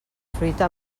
fruita